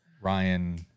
Ryan